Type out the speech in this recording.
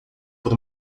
por